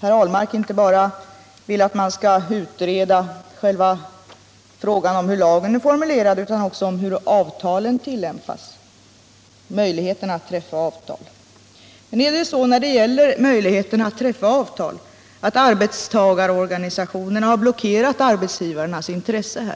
Herr Ahlmark vill att man skall utreda inte bara själva frågan om hur lagen är formulerad utan också möjligheten att träffa avtal. Men har då arbetstagarorganisationerna när det gäller den möjligheten blockerat arbetsgivarnas intresse?